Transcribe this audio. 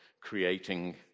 creating